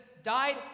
died